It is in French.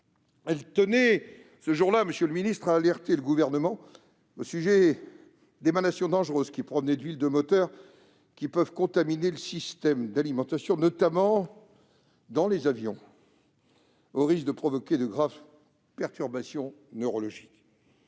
elle tenait ce jour-là, monsieur le ministre, à alerter le Gouvernement au sujet des émanations dangereuses provenant d'huiles de moteur qui peuvent contaminer le système d'alimentation en air des avions, au risque de provoquer de graves perturbations neurologiques.